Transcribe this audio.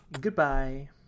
goodbye